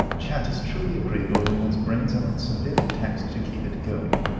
chat is truly agreeable when one's brains are not severely taxed to keep it going.